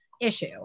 issue